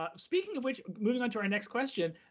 ah speaking of which, moving onto our next question,